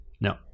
No